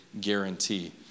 guarantee